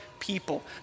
people